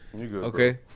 Okay